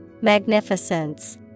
Magnificence